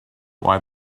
why